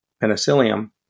penicillium